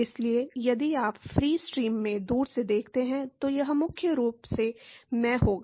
इसलिए यदि आप फ्री स्ट्रीम में दूर से देखते हैं तो यह मुख्य रूप से में होगा